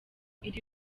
iri